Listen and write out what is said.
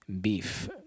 beef